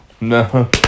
No